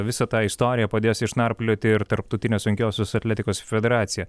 visą tą istoriją padės išnarplioti ir tarptautinė sunkiosios atletikos federacija